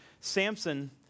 Samson